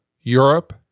Europe